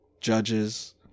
judges